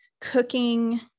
Cooking